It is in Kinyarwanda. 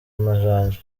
amajanja